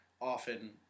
often